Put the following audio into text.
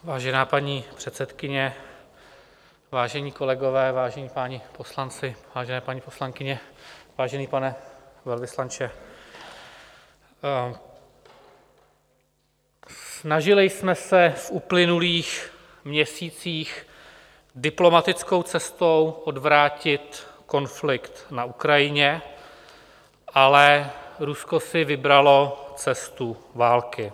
Vážená paní předsedkyně, vážení kolegové, vážení páni poslanci, vážené paní poslankyně, vážený pane velvyslanče, snažili jsme se v uplynulých měsících diplomatickou cestou odvrátit konflikt na Ukrajině, ale Rusko si vybralo cestu války.